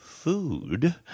Food